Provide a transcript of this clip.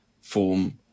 form